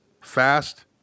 Fast